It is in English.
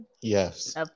Yes